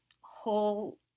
whole